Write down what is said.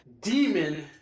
demon